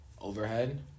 overhead